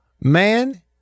Man